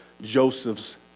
Joseph's